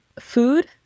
food